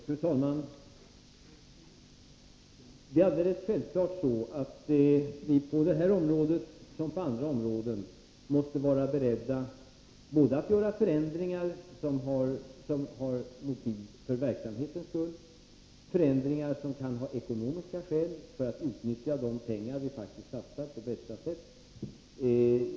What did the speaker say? Fru talman! Det är alldeles självklart så, att vi på det här området, liksom på andra områden, måste vara beredda på förändringar som är motiverade med hänsyn både till verksamheten som sådan och till ekonomin. Det gäller att på bästa sätt utnyttja de pengar som vi faktiskt satsar.